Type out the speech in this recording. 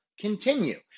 continue